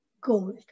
gold